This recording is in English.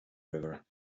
river